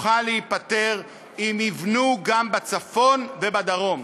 תוכל להיפתר אם יבנו גם בצפון ובדרום,